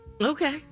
Okay